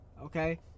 Okay